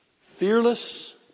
Fearless